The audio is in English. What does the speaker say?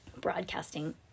broadcasting